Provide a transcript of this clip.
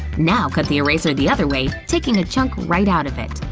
now cut the eraser the other way, taking a chunk right out of it.